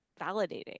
validating